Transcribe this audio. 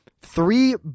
three